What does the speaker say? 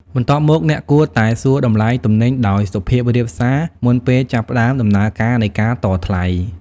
បន្ទាប់មក អ្នកគួរតែសួរតម្លៃទំនិញដោយសុភាពរាបសារមុនពេលចាប់ផ្តើមដំណើរការនៃការតថ្លៃ។